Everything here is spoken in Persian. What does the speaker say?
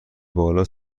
بالا